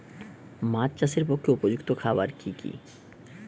মাছ চাষের পক্ষে উপযুক্ত খাবার কি কি?